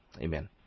Amen